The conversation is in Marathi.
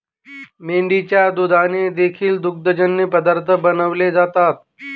मेंढीच्या दुधाने देखील दुग्धजन्य पदार्थ बनवले जातात